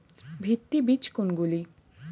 ভিত্তি বীজ কোনগুলি?